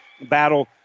battle